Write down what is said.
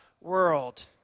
world